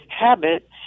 habit